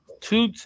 Two